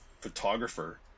photographer